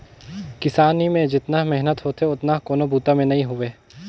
किसानी में जेतना मेहनत होथे ओतना कोनों बूता में नई होवे